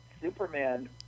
Superman